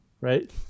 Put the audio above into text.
right